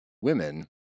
women